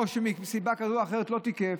או שמסיבה כזאת או אחרת לא תיקפו.